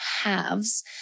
halves